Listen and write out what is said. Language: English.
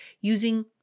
using